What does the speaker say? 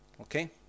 Okay